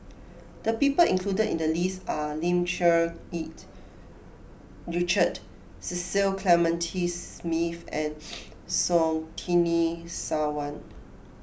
the people included in the list are Lim Cherng Yih Richard Cecil Clementi Smith and Surtini Sarwan